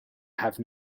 have